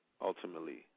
ultimately